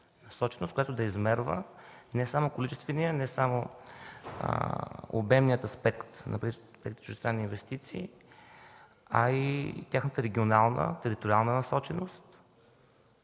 насоченост, която да измерва не само количествения, не само обемния аспект на чуждестранните инвестиции, а и тяхната регионална, териториална насоченост